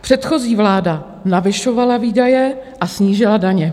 Předchozí vláda navyšovala výdaje a snížila daně.